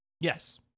Yes